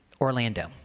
Orlando